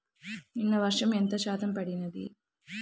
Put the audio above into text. నిన్న వర్షము ఎంత శాతము పడినది?